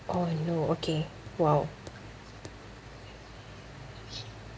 oh no okay !wow!